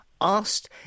asked